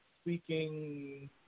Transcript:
speaking